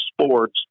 sports